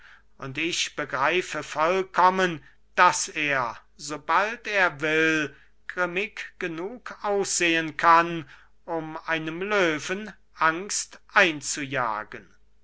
und ich begreife vollkommen daß er sobald er will grimmig genug aussehen kann um einem löwen angst einzujagen